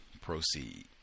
Proceed